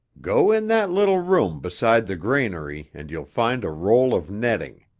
go in that little room beside the granary and you'll find a role of netting.